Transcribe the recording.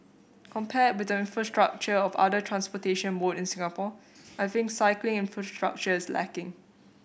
compared with the infrastructure of other transportation mode in Singapore I think cycling infrastructure is lacking